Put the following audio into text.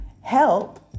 help